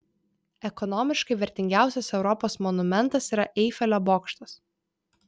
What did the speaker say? ekonomiškai vertingiausias europos monumentas yra eifelio bokštas